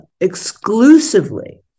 exclusively